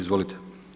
Izvolite.